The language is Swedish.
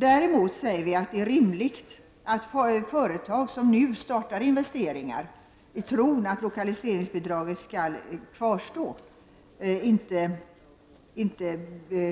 Däremot säger vi att det är rimligt att företag som nu startar investeringar, i tron att lokaliseringsbidraget skall kvarstå, inte